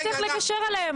השאלה אם נצליח לגשר עליהם.